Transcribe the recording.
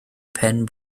pen